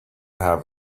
have